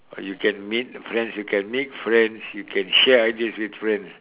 well you can meet friends you can make friends you can share ideas with friends